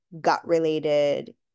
gut-related